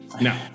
No